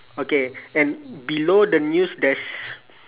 okay and below the news there's